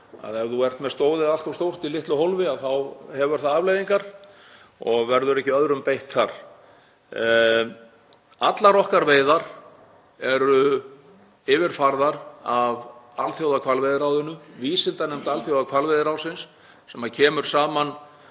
að ef þú ert með stóðið allt of stórt í litlu hólfi þá hefur það afleiðingar og verður ekki öðrum beitt þar. Allar okkar veiðar eru yfirfarnar af Alþjóðahvalveiðiráðinu, vísindanefnd Alþjóðahvalveiðiráðsins sem kom alltaf saman